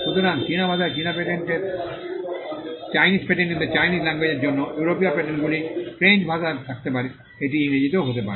সুতরাং চীনা ভাষায় চীনা পেটেন্টের জন্য ইউরোপীয় পেটেন্টগুলি ফ্রেঞ্চ ভাষায় থাকতে পারে এটি ইংরেজিতেও হতে পারে